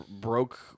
broke